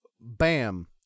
bam